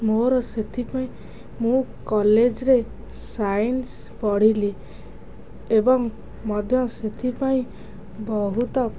ମୋର ସେଥିପାଇଁ ମୁଁ କଲେଜ୍ରେ ସାଇନ୍ସ ପଢ଼ିଲି ଏବଂ ମଧ୍ୟ ସେଥିପାଇଁ ବହୁତ